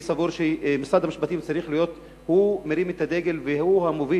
אני סבור שמשרד המשפטים צריך להיות מרים הדגל והמוביל,